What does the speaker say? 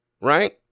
Right